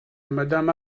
madame